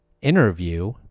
interview